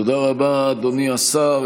תודה רבה, אדוני השר.